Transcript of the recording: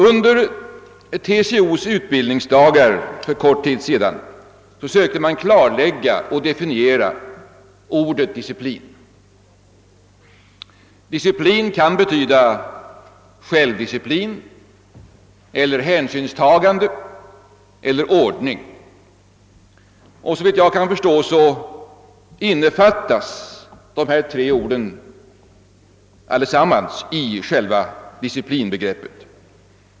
Under TCO:s utbildningsdagar för kort tid sedan försökte man klarlägga och definiera ordet disciplin. Det kan betyda självdisciplin eller hänsynstagande eller ordning. Såvitt jag kan förstå innefattas alla dessa tre ord i själva disciplinbegreppet.